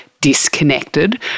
disconnected